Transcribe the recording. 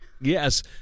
Yes